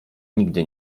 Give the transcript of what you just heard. nigdy